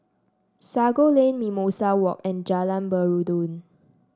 Sago Lane Mimosa Walk and Jalan Peradun